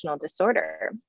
disorder